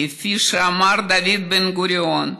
כפי שאמר דוד בן-גוריון: